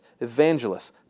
evangelists